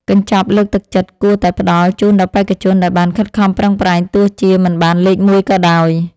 កញ្ចប់លើកទឹកចិត្តគួរតែផ្ដល់ជូនដល់បេក្ខជនដែលបានខិតខំប្រឹងប្រែងទោះជាមិនបានលេខមួយក៏ដោយ។